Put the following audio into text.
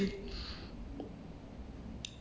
attain is to